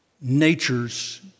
natures